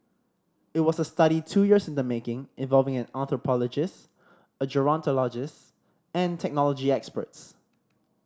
it was a study two years in the making involving an anthropologist a gerontologist and technology experts